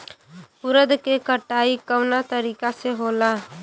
उरद के कटाई कवना तरीका से होला?